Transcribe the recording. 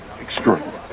extraordinary